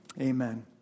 Amen